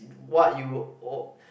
what you al~